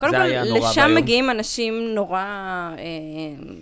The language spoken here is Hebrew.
קודם כל, לשם מגיעים אנשים נורא אממ...